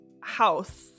House